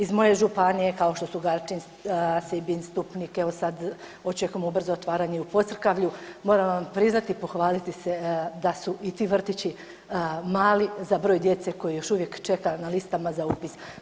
Iz moje županije kao što su Garčin, Sibinj, Stupnik evo sad očekujemo ubrzo otvaranje i Podcrkavlju moram vam priznati i pohvaliti se da su i ti vrtići mali za broj djece koji još uvijek čeka na listama za upis.